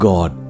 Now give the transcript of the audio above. God